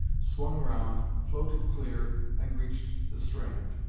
swung round, floated clear, and reached the strand.